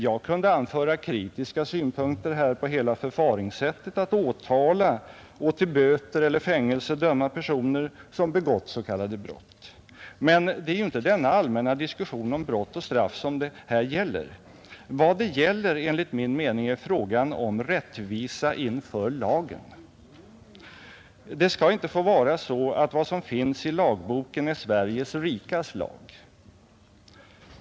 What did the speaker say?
Jag kunde anföra kritiska synpunkter på hela förfaringssättet att åtala och till böter eller fängelse döma personer som begått s.k. brott, men det är inte denna allmänna diskussion om brott och straff som det här gäller. Vad det enligt min mening rör sig om är frågan om rättvisa inför lagen. Det skall inte få vara så att vad som finns i lagboken är Sveriges rikas lag.